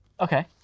Okay